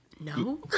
no